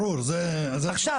ברור, זה --- עכשיו,